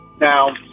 Now